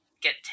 get